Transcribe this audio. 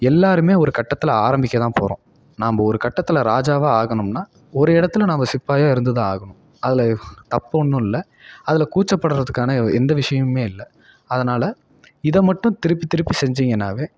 எல்லோருமே ஒரு கட்டத்தில் ஆரம்பிக்கத்தான் போகிறோம் நாம்ப ஒரு கட்டத்தில் ராஜாவாக ஆகணும்னால் ஒரு இடத்துல நம்ம சிப்பாயாக இருந்துதான் ஆகணும் அதில் தப்பு ஒன்றும் இல்லை அதில் கூச்சப்படுறதுக்கான எந்த விஷயமுமே இல்லை அதனால் இதை மட்டும் திருப்பி திருப்பி செஞ்சீங்கனாவே